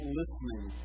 listening